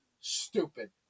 stupid